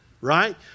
right